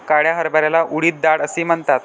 काळ्या हरभऱ्याला उडीद डाळ असेही म्हणतात